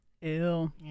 ew